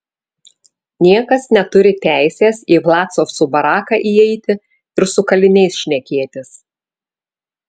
niekas neturi teisės į vlasovcų baraką įeiti ir su kaliniais šnekėtis